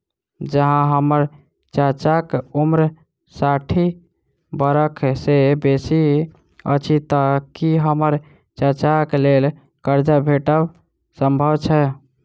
जँ हम्मर चाचाक उम्र साठि बरख सँ बेसी अछि तऽ की हम्मर चाचाक लेल करजा भेटब संभव छै?